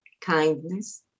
Kindness